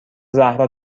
زهرا